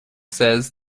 says